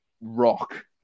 rock